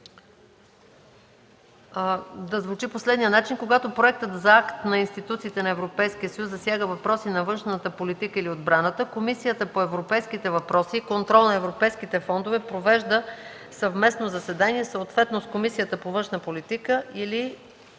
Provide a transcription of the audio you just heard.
да звучи по следния начин: „Когато проектът за акт на институциите на Европейския съюз засяга въпроси на външната политика или отбраната, Комисията по европейските въпроси и контрол на европейските фондове провежда съвместно заседание съответно с Комисията по външна политика или